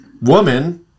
woman